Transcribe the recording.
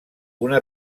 una